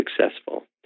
successful